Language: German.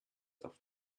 auf